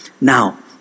Now